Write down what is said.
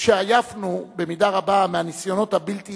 שעייפנו במידה רבה מהניסיונות הבלתי